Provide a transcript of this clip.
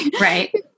right